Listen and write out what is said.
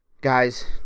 Guys